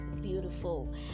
beautiful